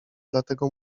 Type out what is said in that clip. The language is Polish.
dlatego